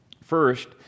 First